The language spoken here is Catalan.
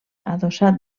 adossat